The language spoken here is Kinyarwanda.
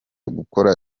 gukora